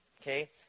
okay